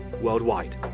worldwide